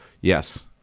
Yes